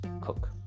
cook